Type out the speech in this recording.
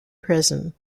prison